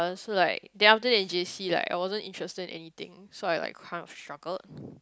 so like then after in J_C like I wasn't interested anything so I like kind of shocked